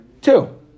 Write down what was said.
two